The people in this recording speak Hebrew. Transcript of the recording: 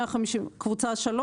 151,000, מה האגרות שם?